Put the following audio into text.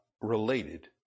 related